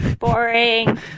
boring